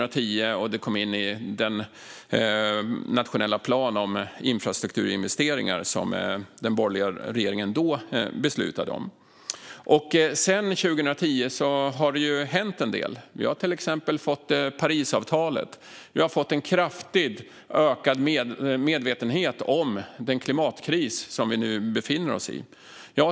Därefter kom detta in i den nationella plan för infrastrukturinvesteringar som den borgerliga regeringen då beslutade om. Sedan 2010 har det hänt en del. Vi har till exempel fått Parisavtalet. Vi har också fått en kraftigt ökad medvetenhet om den klimatkris som vi nu befinner oss i.